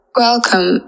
welcome